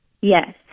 Yes